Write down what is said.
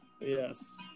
Yes